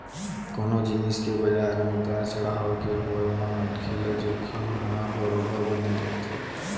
कोनो जिनिस के बजार म उतार चड़हाव के होय म मनखे ल जोखिम ह बरोबर बने रहिथे